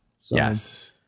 Yes